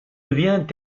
vient